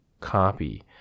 copy